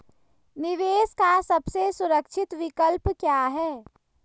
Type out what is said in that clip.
निवेश का सबसे सुरक्षित विकल्प क्या है?